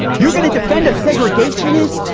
you're gonna defend a segregationist?